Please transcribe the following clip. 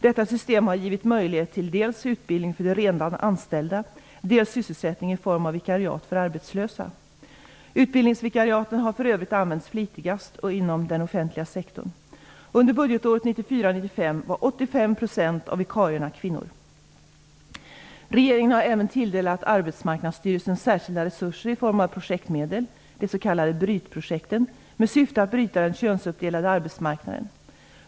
Detta system har dels givit möjlighet till utbildning för de redan anställda, dels sysselsättning i form av vikariat för arbetslösa. Utbildningsvikariaten har för övrigt använts flitigast inom den offentliga sektorn. Regeringen har även tilldelat Arbetsmarknadsstyrelsen särskilda resurser i form av projektmedel - de s.k. brytprojekten med syfte att bryta den könsuppdelade arbetsmarknaden.